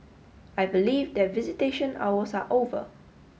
I believe that visitation hours are over